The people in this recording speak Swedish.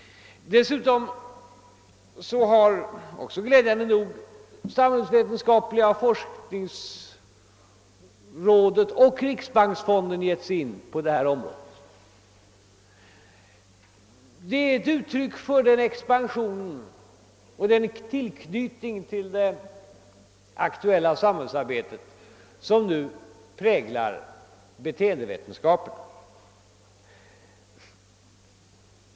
Dessutom har glädjande nog också samhällsvetenskapliga forskningsrådet och Riksbanksfonden givit sig in på detta område. Detta är uttryck för den expansion av och anknytning till det aktuella samhällsarbetet som nu präglar beteendevetenskaperna.